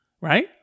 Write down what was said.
right